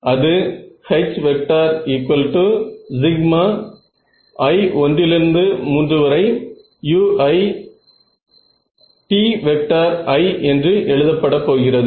அது Hi13uiTi என்று எழுத பட போகிறது